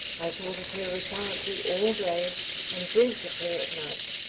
i thought of her recurrently all day and dreamt of her at night.